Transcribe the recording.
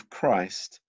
Christ